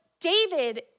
David